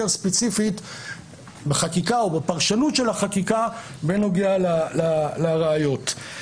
ספציפית בחקיקה או בפרשנות של החקיקה בנוגע לראיות.